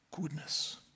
Goodness